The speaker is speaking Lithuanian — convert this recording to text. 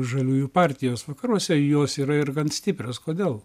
žaliųjų partijos vakaruose jos yra ir gan stiprios kodėl